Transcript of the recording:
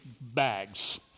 bags